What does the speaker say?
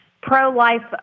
pro-life